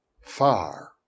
Far